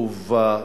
טובה,